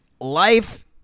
life